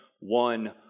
one